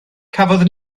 cafodd